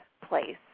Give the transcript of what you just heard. place